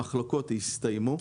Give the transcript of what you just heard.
המחלוקות נסתיימו.